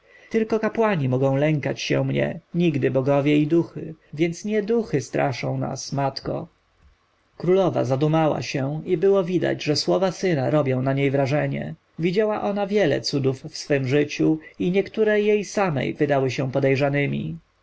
tylko kapłani mogą lękać się mnie nigdy bogowie i duchy więc nie duchy straszą nas matko królowa zadumała się i było widać że słowa syna robią na niej wrażenie widziała ona wiele cudów w swem życiu i niektóre jej samej wydawały się podejrzanemi